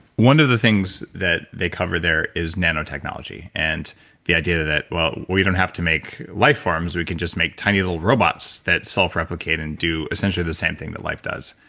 one of the things that they cover there is nanotechnology, and the idea that well, we don't have to make life forms, we can just make tiny little robots that self-replicate and do essentially the same thing that life does.